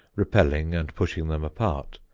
repelling and pushing them apart,